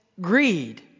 greed